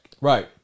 Right